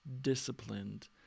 disciplined